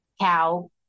cow